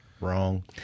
Wrong